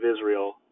Israel